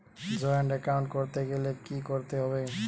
Joint account করতে গেলে কি করতে হবে?